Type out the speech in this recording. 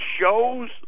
shows